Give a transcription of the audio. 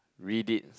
read it